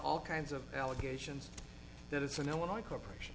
all kinds of allegations that it's an illinois corporation